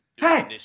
Hey